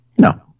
No